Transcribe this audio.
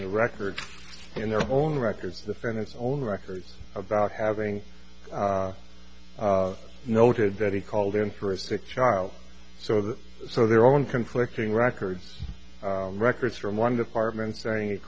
the records in their own records defend his own records about having noted that he called in for a sick child so that so their own conflicting records records from one department saying